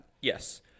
Yes